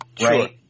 Right